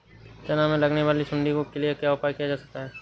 चना में लगने वाली सुंडी के लिए क्या उपाय किया जा सकता है?